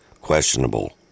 questionable